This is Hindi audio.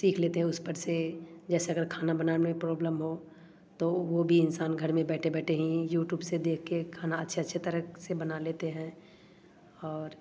सीख लेते हैं उस पर से जैसे अगर खाना बनाने में प्रोब्लम हो तो वह भी इंसान घर में बैठे बैठे हीं यूटूब से देख कर खाना अच्छे अच्छे तरह से बना लेते हैं और